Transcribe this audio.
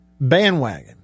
bandwagon